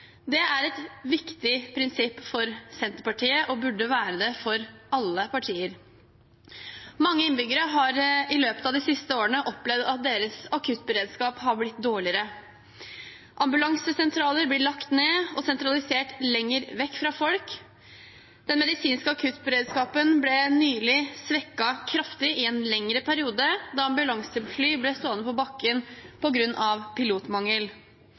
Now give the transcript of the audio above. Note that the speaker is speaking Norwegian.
Det er et viktig prinsipp for Senterpartiet og burde være det for alle partier. Mange innbyggere har i løpet av de siste årene opplevd at deres akuttberedskap har blitt dårligere. Ambulansesentraler blir lagt ned og sentralisert lenger vekk fra folk. Den medisinske akuttberedskapen ble nylig svekket kraftig i en lengre periode da ambulansefly ble stående på bakken på grunn av pilotmangel.